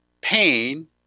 pain